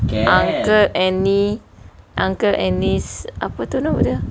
uncle and niece uncle and niece apa tu nama dia